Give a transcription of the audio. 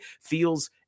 feels